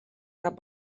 cap